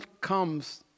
comes